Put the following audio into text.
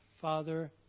Father